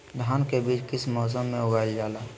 धान के बीज किस मौसम में उगाईल जाला?